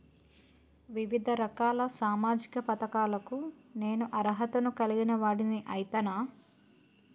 వివిధ రకాల సామాజిక పథకాలకు నేను అర్హత ను కలిగిన వాడిని అయితనా?